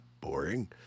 boring